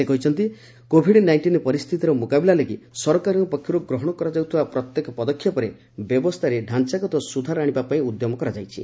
ସେ କହିଛନ୍ତି Covid nineteen ପରିସ୍ଥିତିର ମୁକାବିଲା ଲାଗି ସରକାରଙ୍କ ପକ୍ଷରୁ ଗ୍ରହଣ କରାଯାଉଥିବା ପ୍ରତ୍ୟେକ ପଦକ୍ଷେପରେ ବ୍ୟବସ୍ଥାରେ ଢାଞ୍ଚାଗତ ସୁଧାର ଆଣିବା ପାଇଁ ଉଦ୍ୟମ କରାଯାଇଛି